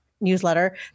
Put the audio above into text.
newsletter